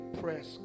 press